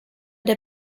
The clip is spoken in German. der